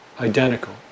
identical